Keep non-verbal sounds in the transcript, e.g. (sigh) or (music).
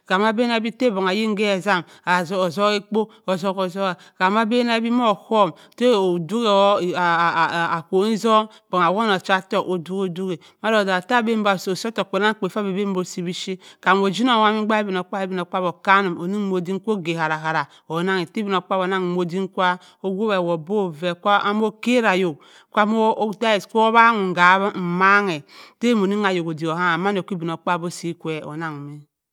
Aa bẹnni ha bọng ayin mẹ e+eam (hesitation) azubg abọk zuk- ozuka, kambi abenni. K’ohohm ho o duk kou akwọhng isọng awonh ochaottokh o dok- odoke odo-odap si ottokh kpa nanng kpen biphyir kam oginnong wa immi è daak ibinokpaabyi ibino kpaabyi o kammum omum odim ko da gara-gara annang-ẹ tta ibinok paabyi onnong odim kuw owop ewoth bọ vep kwa m’okarri ayọk awa diss kwu owannang mo mma hẹr tta monning ayok odik ohom mando tha idinokpaabyi osi kwe onnong-a.